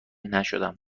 نشدم